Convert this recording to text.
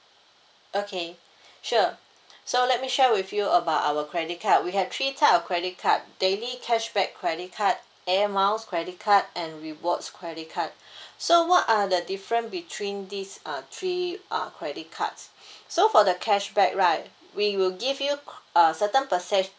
okay sure so let me share with you about our credit card we had three type of credit card daily cashback credit card air miles credit card and rewards credit card so what are the different between these uh three uh credit cards so for the cashback right we will give you a certain percent